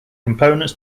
components